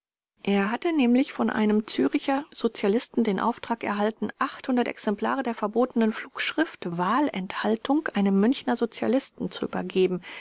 er halte nämlich von einem züricher sozialisten den auftrag erhalten exemplare der verbotenen flugschrift wahlenthaltung einem münchener sozialisten zu übergeben